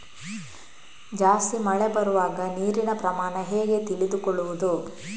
ಜಾಸ್ತಿ ಮಳೆ ಬರುವಾಗ ನೀರಿನ ಪ್ರಮಾಣ ಹೇಗೆ ತಿಳಿದುಕೊಳ್ಳುವುದು?